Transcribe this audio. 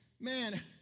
man